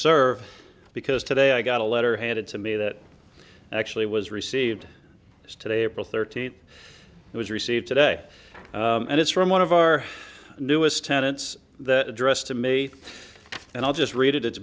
serve because today i got a letter handed to me that actually was received as today april thirteenth it was received today and it's from one of our newest tenants that address to mate and i'll just read it